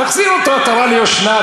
תחזיר עטרה ליושנה.